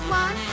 one